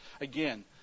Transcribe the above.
Again